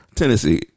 Tennessee